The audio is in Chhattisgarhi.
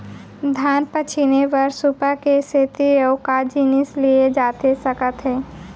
धान पछिने बर सुपा के सेती अऊ का जिनिस लिए जाथे सकत हे?